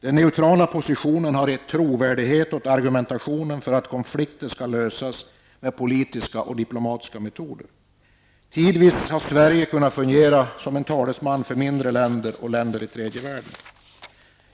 Den neutrala positionen har också gett trovärdighet åt argumentationen för att konflikter skall lösas med politiska och diplomatiska metoder. Tidvis har Sverige kunnat fungera som talesman för mindre länder och länder i tredje världen.